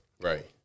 Right